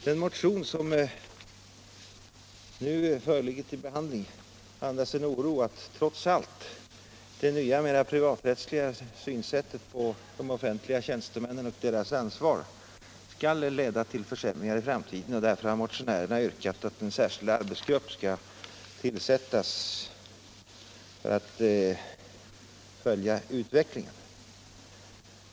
Den motion som nu föreligger till behandling andas en oro att, trots allt, det nya mer privaträttsliga synsättet på de offentliga tjänstemännen och deras ansvar skall leda till försämringar i framtiden. Därför har motionärerna yrkat att en särskild arbetsgrupp skall tillsättas för att följa utvecklingen.